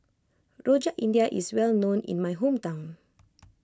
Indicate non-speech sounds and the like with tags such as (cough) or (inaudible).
Rojak India is well known in my hometown (noise)